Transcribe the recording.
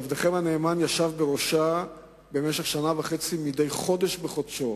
ובמשך שנה וחצי עבדכם הנאמן ישב בראשו מדי חודש בחודשו,